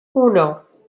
uno